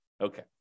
Okay